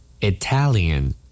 Italian